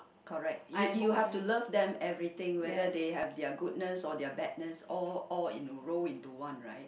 correct you you have to love them everything whether they have their goodness or their badness all all in roll into one right